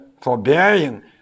forbearing